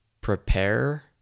prepare